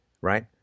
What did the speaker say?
right